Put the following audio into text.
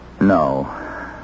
No